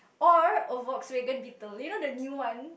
or a Volkswagen Beetle you know the new one